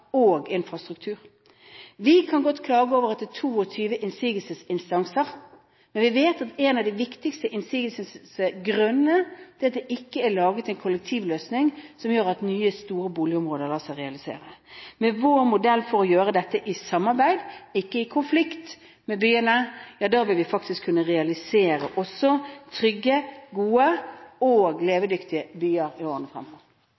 av infrastruktur ses i kombinasjon. Vi kan godt klage over at det er 22 innsigelsesinstanser, men vi vet at en av de viktigste innsigelsesgrunnene er at det ikke er laget en kollektivløsning som gjør at nye, store boligområder lar seg realisere. Med vår modell for å gjøre dette i samarbeid – ikke i konflikt – med byene vil vi faktisk kunne realisere også trygge, gode og levedyktige byer i årene fremover.